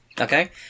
Okay